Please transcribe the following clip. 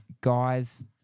guys